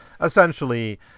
Essentially